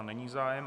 Není zájem.